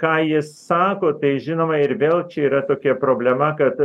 ką jis sako tai žinoma ir vėl čia yra tokia problema kad